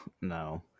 no